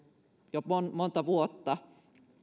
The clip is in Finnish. jo monta vuotta